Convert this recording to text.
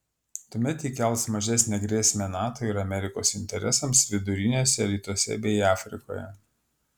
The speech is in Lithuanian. tuomet ji kels mažesnę grėsmę nato ir amerikos interesams viduriniuose rytuose bei afrikoje